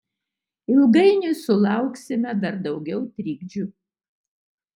ilgainiui sulauksime dar daugiau trikdžių